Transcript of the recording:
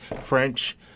French